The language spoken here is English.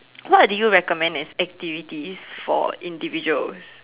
what do you recommend as activities for individuals